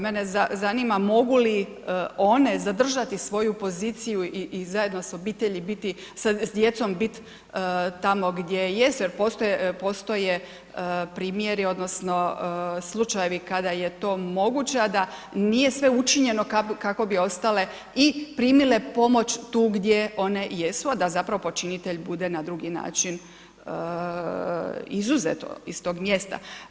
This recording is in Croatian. Mene zanima mogu li one zadržati svoju poziciju i zajedno s obitelji biti, s djecom biti tamo gdje jesu, jer postoje primjeri odnosno slučajevi kada je to moguće, a da nije sve učinjeno kako bi ostale i primile pomoć tu gdje one jesu, a da zapravo počinitelj bude na drugi način izuzet iz tog mjesta.